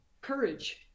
courage